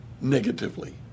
negatively